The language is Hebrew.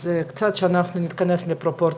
אז קצת שאנחנו ניכנס לפרופורציות.